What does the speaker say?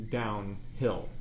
downhill